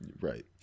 Right